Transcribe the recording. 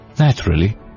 Naturally